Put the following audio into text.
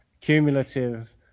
cumulative